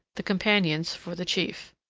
the companions for the chief.